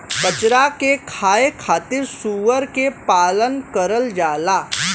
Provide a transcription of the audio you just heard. कचरा के खाए खातिर सूअर के पालन करल जाला